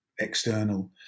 external